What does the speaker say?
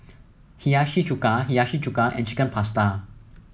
Hiyashi Chuka Hiyashi Chuka and Chicken Pasta